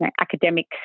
academic